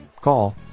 Call